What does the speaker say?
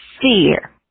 Fear